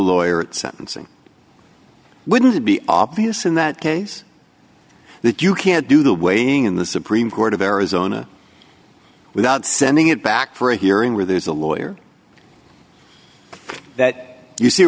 lawyer at sentencing wouldn't it be obvious in that case that you can't do the waiting in the supreme court of arizona without sending it back for a hearing where there's a lawyer that you see